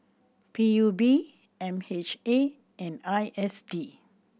P U B M H A and I S D